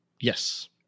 Yes